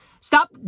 stop